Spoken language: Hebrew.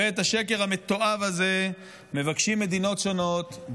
ואת השקר המתועב הזה מבקשות מדינות שונות,